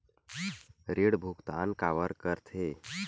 ऋण भुक्तान काबर कर थे?